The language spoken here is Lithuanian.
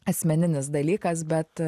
asmeninis dalykas bet